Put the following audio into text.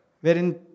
Wherein